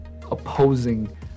opposing